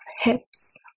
hips